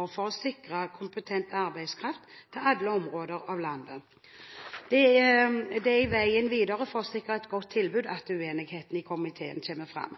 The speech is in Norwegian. og sikre kompetent arbeidskraft til alle områder av landet. Det er når det gjelder veien videre for å sikre et godt tilbud, at uenigheten i komiteen kommer fram.